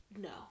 No